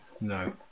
No